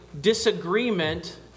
disagreement